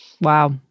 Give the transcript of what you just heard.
Wow